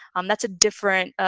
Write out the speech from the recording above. um that's a different.